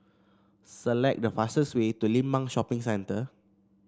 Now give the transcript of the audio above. select the fastest way to Limbang Shopping Centre